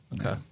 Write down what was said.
Okay